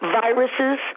viruses